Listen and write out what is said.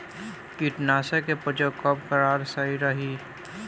कीटनाशक के प्रयोग कब कराल सही रही?